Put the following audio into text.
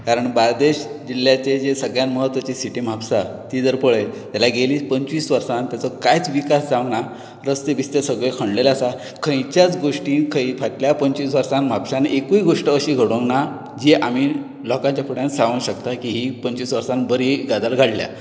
कारण बार्देस जिल्ह्याचे जे सगळ्यांत म्हत्वाचे सिटी म्हापसा जर पळयत जाल्यार गेली पंचवीस वर्सात तेचो कांयच विकास जावंक ना रस्ते बिस्ते सगळे खणलेले आसा खंयच्याच गोष्टीक खंय फाटल्या पंचवीस वर्सान म्हपसान एकूय गाष्ट अशी घडोवंक ना जी आमी लोकांच्या फिड्यान सांगोक शकता की ही पंचवीस वर्सान बरी गजाल घडल्या